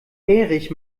erich